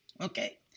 Okay